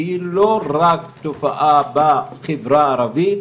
שהיא לא רק תופעה בחברה הערבית,